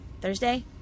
Thursday